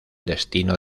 destino